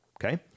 Okay